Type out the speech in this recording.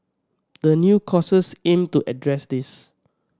the new courses aim to address this